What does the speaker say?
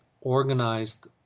organized